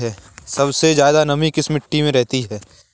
सबसे ज्यादा नमी किस मिट्टी में रहती है?